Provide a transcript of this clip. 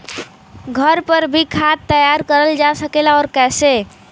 घर पर भी खाद तैयार करल जा सकेला और कैसे?